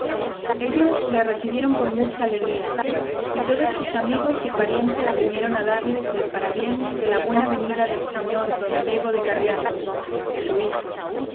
ellos le recibieron con mucha alegría y todos sus amigos y parientes vinieron a darles el parabién de la buena venida del señor don diego de carriazo su hijo